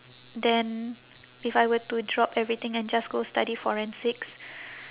then if I were to drop everything and just go study forensics